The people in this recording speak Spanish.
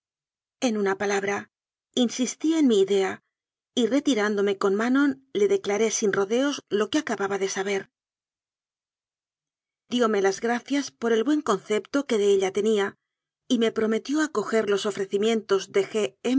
en una pa labra insistí en mi idea y retirándome con ma non le declaré sin rodeos lo que acababa de saber dióme las gracias por el buen concepto que de ella tenía y me prometió acoger los ofrecimientos de